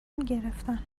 میگرفتن